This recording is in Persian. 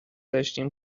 داشتیم